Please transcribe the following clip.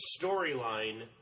storyline